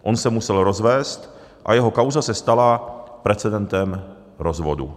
On se musel rozvést a jeho kauza se stala precedentem k rozvodu.